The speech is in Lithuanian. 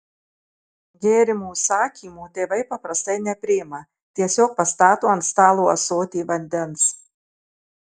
gėrimų užsakymų tėvai paprastai nepriima tiesiog pastato ant stalo ąsotį vandens